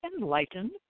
enlightened